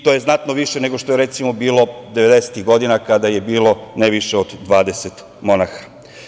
To je znatno više nego što je, recimo, bilo devedesetih godina kada je bilo ne više od 20 monaha.